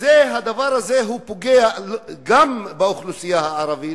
הדבר הזה פוגע גם באוכלוסייה הערבית,